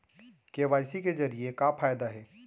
KYC जरिए के का फायदा हे?